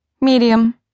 medium